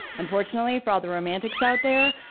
unfortunately, for all the romantics out there,